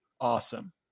awesome